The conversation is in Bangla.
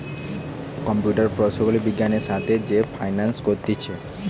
কম্পিউটার প্রকৌশলী বিজ্ঞানের সাথে যে ফাইন্যান্স করতিছে